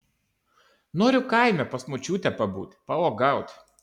noriu kaime pas močiutę pabūt pauogaut